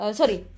sorry